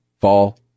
Fall